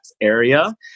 area